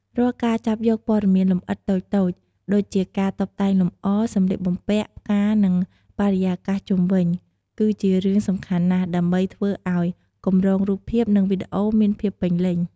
រាល់ការចាប់យកព័ត៌មានលម្អិតតូចៗ ដូចជាការតុបតែងលម្អ សម្លៀកបំពាក់ ផ្កា និងបរិយាកាសជុំវិញ គឺជារឿងសំខាន់ណាស់ ដើម្បីធ្វើឲ្យកម្រងរូបភាព និងវីដេអូមានភាពពេញលេញ។